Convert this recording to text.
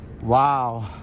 Wow